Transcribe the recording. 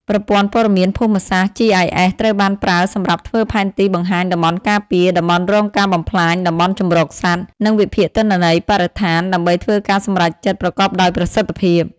ប្រព័ន្ធព័ត៌មានភូមិសាស្ត្រ GIS ត្រូវបានប្រើសម្រាប់ធ្វើផែនទីបង្ហាញតំបន់ការពារ តំបន់រងការបំផ្លាញ តំបន់ជម្រកសត្វ និងវិភាគទិន្នន័យបរិស្ថានដើម្បីធ្វើការសម្រេចចិត្តប្រកបដោយប្រសិទ្ធភាព។